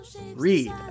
read